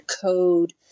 code